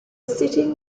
setting